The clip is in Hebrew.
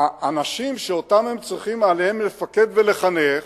האנשים שעליהם הם צריכים לפקד, ולחנך,